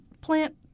plant